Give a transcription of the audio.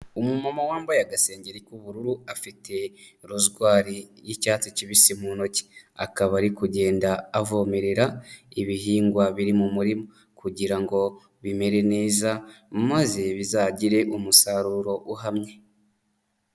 Umumama wambaye agasengeri k'ubururu, afite rozwari y'icyatsi kibisi mu ntoki, akaba ari kugenda avomerera ibihingwa biri mu murima kugira ngo bimere neza maze bizagire umusaruro uhamye.